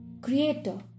creator